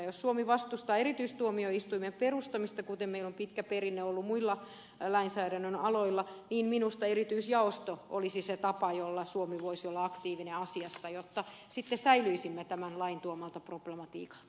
jos suomi vastustaa erityistuomioistuimen perustamista kuten meillä on pitkä perinne ollut muilla lainsäädännön aloilla niin minusta erityisjaosto olisi se tapa jolla suomi voisi olla aktiivinen asiassa jotta sitten säilyisimme tämän lain tuomalta problematiikalta